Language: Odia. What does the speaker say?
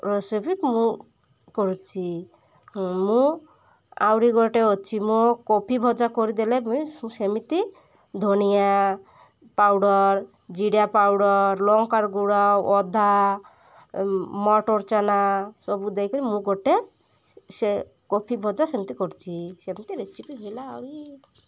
ରେସିପି ମୁଁ କରୁଛି ମୁଁ ଆଉରି ଗୋଟେ ଅଛି ମୁଁ କୋଫି ଭଜା କରିଦେଲେ ସେମିତି ଧନିଆ ପାଉଡ଼ର ଜିରା ପାଉଡ଼ର ଲଙ୍କା ଗୁଡ଼ ଅଦା ମଟର ଚନା ସବୁ ଦେଇକରି ମୁଁ ଗୋଟେ ସେ କଫି ଭଜା ସେମିତି କରୁଛି ସେମିତି ରେସିପି ହେଲା ଆହୁରି